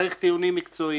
צריך טיעונים מקצועיים.